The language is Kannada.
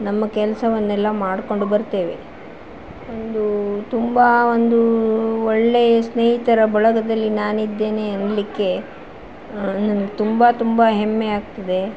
ನಮ್ಮ ಕೆಲಸವನ್ನೆಲ್ಲ ಮಾಡ್ಕೊಂಡು ಬರ್ತೇವೆ ಒಂದು ತುಂಬ ಒಂದು ಒಳ್ಳೇಯ ಸ್ನೇಹಿತರ ಬಳಗದಲ್ಲಿ ನಾನಿದ್ದೇನೆ ಎನ್ಲಿಕ್ಕೆ ನನ್ಗೆ ತುಂಬ ತುಂಬ ಹೆಮ್ಮೆ ಆಗ್ತಿದೆ